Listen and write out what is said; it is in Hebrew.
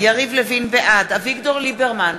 בעד אביגדור ליברמן,